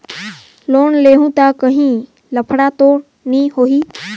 Loan लेहूं ता काहीं लफड़ा तो नी होहि?